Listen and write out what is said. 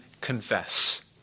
confess